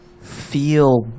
feel